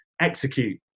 execute